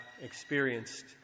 experienced